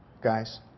guys